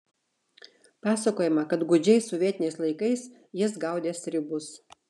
pasakojama kad gūdžiais sovietiniais laikais jis gaudė stribus